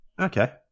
Okay